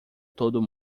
todo